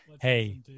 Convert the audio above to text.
Hey